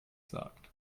sagt